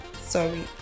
sorry